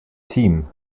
team